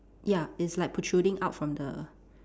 ya it's like protruding out from the